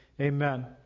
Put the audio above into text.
Amen